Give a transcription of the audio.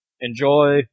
Enjoy